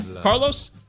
Carlos